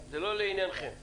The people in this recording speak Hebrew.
זה כתוב בתקן?